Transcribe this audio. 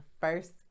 first